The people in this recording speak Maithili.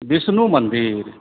विष्णु मन्दिर